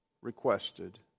Requested